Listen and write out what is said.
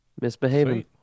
Misbehaving